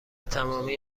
تمامی